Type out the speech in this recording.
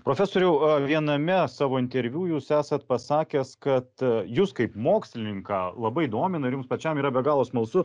profesoriau a viename savo interviu jūs esat pasakęs kad jus kaip mokslininką labai domina ir jums pačiam yra be galo smalsu